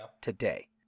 today